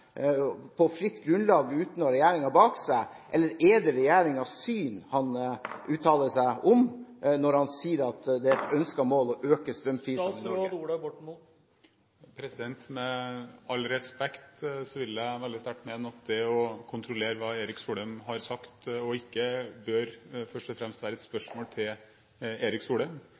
om når han sier at det er et ønsket mål å øke strømprisen? Med all respekt vil jeg veldig sterkt mene at det å kontrollere hva Erik Solheim har sagt og ikke, først og fremst bør være et spørsmål til Erik